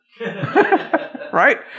Right